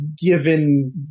given